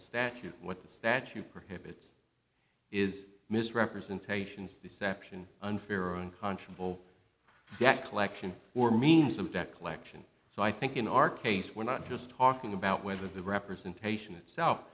the statute what the statute prohibits is misrepresentations deception unfair or unconscionable debt collection or means of debt collection so i think in our case we're not just talking about whether the representation itself